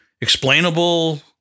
explainable